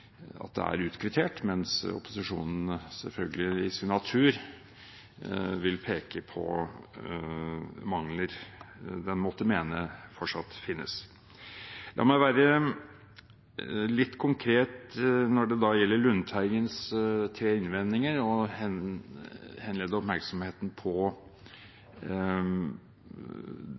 det er utkvittert, mens opposisjonen selvfølgelig i sin natur vil peke på mangler den måtte mene fortsatt finnes. La meg være litt konkret når det gjelder Lundteigens tre innvendinger, og henlede oppmerksomheten på